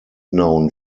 known